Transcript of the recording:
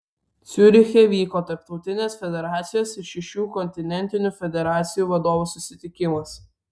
ciuriche vyko tarptautinės federacijos ir šešių kontinentinių federacijų vadovų susitikimas